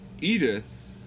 Edith